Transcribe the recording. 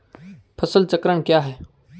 फसल चक्रण क्या है?